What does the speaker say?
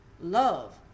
love